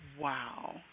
Wow